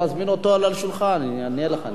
תזמין אותו לשולחן, הוא יענה לך.